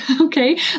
Okay